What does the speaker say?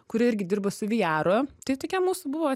kuri irgi dirba su vijaru tai tokia mūsų buvo